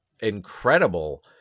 incredible